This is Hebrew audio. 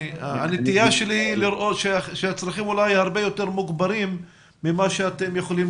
הנטייה שלי היא לראות שהצרכים אולי הרבה יותר מוגברים מכפי שאתם יכולים